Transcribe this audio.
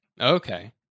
Okay